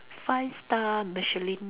five star Michelin